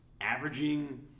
averaging